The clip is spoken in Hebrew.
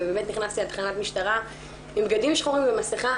ובאמת נכנסתי לתחנת משטרה עם בגדים שחורים ומסכה.